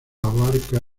abarca